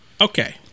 Okay